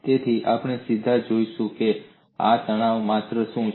તેથી આપણે સીધા જોઈશું કે આ તણાવની માત્રા શું છે